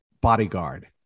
bodyguard